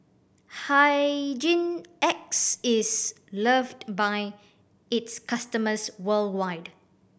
Hygin X is loved by its customers worldwide